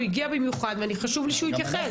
הוא הגיע במיוחד וחשוב לי שהוא יתייחס.